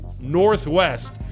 northwest